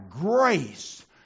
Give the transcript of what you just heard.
grace